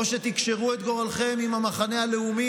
או שתקשרו את גורלכם עם המחנה הלאומי,